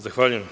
Zahvaljujem.